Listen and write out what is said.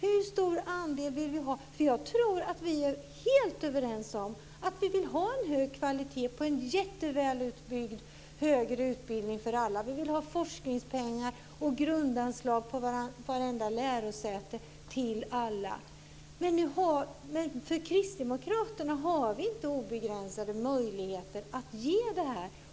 Hur stor andel handlar det alltså om? Jag tror att vi är helt överens om att vi vill ha en hög kvalitet på en mycket väl utbyggd högre utbildning för alla. Vi vill ha forskningspengar och grundanslag på vartenda lärosäte, till alla. Vi kristdemokrater har dock inte obegränsade möjligheter att ge det här.